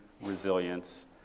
resilience